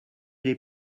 les